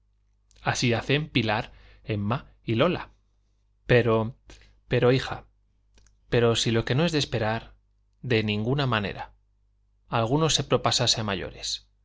así hacen pilar emma y lola pero pero hija pero si lo que no es de esperar de ninguna manera alguno se propasase a mayores